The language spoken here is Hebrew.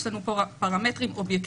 יש לנו פה פרמטרים אובייקטיביים,